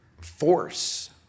force